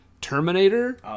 Terminator